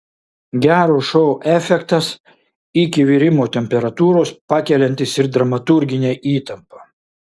gero šou efektas iki virimo temperatūros pakeliantis ir dramaturginę įtampą